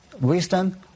wisdom